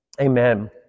Amen